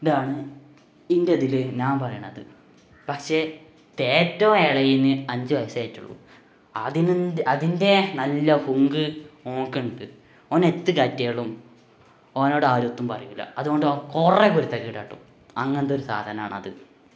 ഇതാണ് എന്റെ ഇതിൽ ഞാൻ പറയണത് പക്ഷേ ഏറ്റവും ഇളയതിന് അഞ്ചു വയസ്സായിട്ടുള്ളു അതിന് അതിന്റെ നല്ല ഹുങ്ക് ഓക്ക് ഉണ്ട് ഓൻ എന്തു കാട്ടിയാലും ഓനോട് ആരും ഒന്നും പറയില്ല അതുകൊണ്ട് കുറേ കുരുത്തക്കേട് കാട്ടും അങ്ങനത്തെ ഒരു സാധനമാണ് അത്